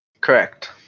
Correct